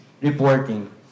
reporting